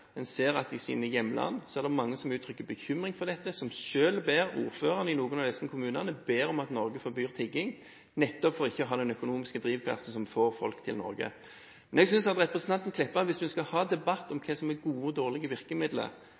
ser at i hjemlandene er det mange som uttrykker bekymring for dette, som selv ber ordførerne i noen av disse kommunene om at Norge forbyr tigging, nettopp for ikke å ha den økonomiske drivkraften som får folk til Norge. Hvis vi skal ha en debatt om hva som er gode og dårlige virkemidler